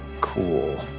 Cool